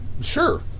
Sure